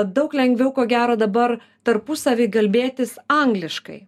daug lengviau ko gero dabar tarpusavy kalbėtis angliškai